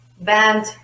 band